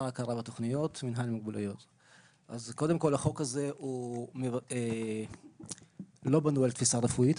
קודם כל, החוק הזה לא בנוי על תפיסה רפואית,